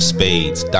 Spades